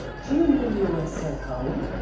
do you mean you are sent home?